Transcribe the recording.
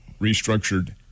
Restructured